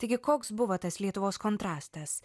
taigi koks buvo tas lietuvos kontrastas